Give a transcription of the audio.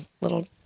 little